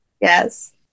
yes